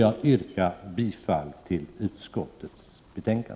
Jag yrkar bifall till utskottets hemställan.